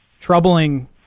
troubling